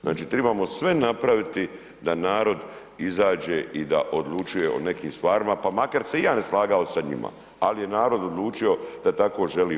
Znači, trebamo sve napraviti da narod izađe i da odlučuje o nekim stvarima, pa makar se i ja ne slagao sa njima, ali je narod odlučio da tako želi.